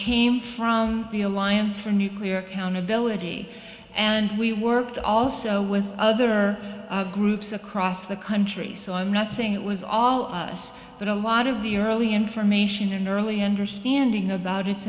came from the alliance for nuclear accountability and we worked also with other groups across the country so i'm not saying it was all of us but a lot of the early information and early understanding about it